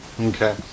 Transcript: Okay